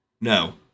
No